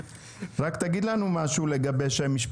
עכשיו למה זה תיקון מספר בלי מספר?